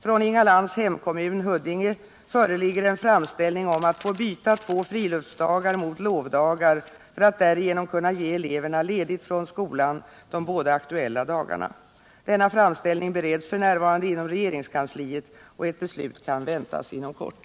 Från Inga Lantz hemkommun, Huddinge, föreligger en framställning om att få byta två friluftsdagar mot lovdagar, för att därigenom kunna ge eleverna ledigt från skolan de båda aktuella dagarna. Denna framställning bereds f.n. inom regeringskansliet och ett beslut kan väntas inom kort.